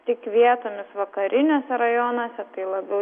tik vietomis vakariniuose rajonuose tai labiau